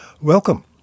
Welcome